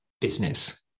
business